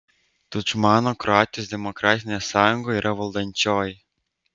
tudžmano kroatijos demokratinė sąjunga yra valdančioji